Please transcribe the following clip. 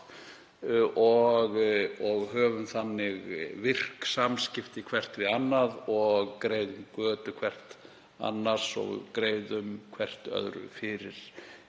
og höfum þannig virk samskipti hvert við annað og greiðum götu hvert annars og greiðum hvert öðru fyrir